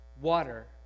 water